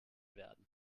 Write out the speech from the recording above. werden